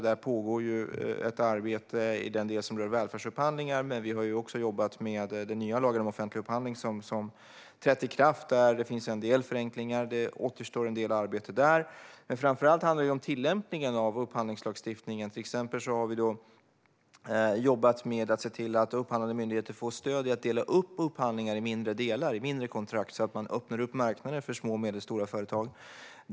Där pågår ett arbete i den del som rör välfärdsupphandlingar, men vi har också jobbat med den nya lagen om offentlig upphandling som har trätt i kraft. Där finns det en del förenklingar även om det återstår en del arbete. Framför allt handlar det om tillämpningen av upphandlingslagstiftningen. Till exempel har vi jobbat med att se till att upphandlande myndigheter får stöd i att dela upp upphandlingar i mindre delar, mindre kontrakt, så att man öppnar upp marknaden för små och medelstora företag.